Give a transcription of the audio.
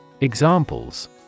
Examples